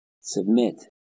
submit